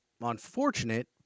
Unfortunate